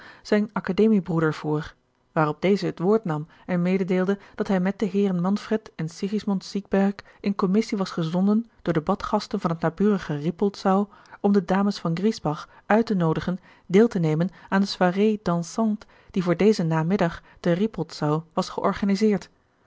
zijn academiebroeder voor waarop deze het woord nam en mededeelde dat hij met de heeren gerard keller het testament van mevrouw de tonnette manfred en sigismond siegberg in commissie was gezonden door de badgasten van het naburige rippoldsau om de dames van griesbach uit te noodigen deel te nemen aan de soirée dansante die voor dezen namiddag te rippoldsau was georganiseerd